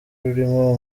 rurimo